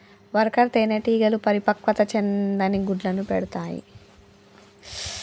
worker తేనెటీగలు పరిపక్వత చెందని గుడ్లను పెడతాయి